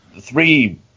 three